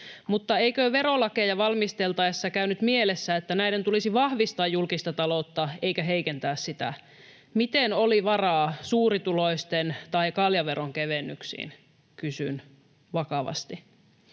Mutta eikö verolakeja valmisteltaessa käynyt mielessä, että näiden tulisi vahvistaa julkista taloutta eikä heikentää sitä? Miten oli varaa suurituloisten tai kaljaveron kevennyksiin? Kysyn vakavasti.